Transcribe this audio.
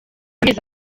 amezi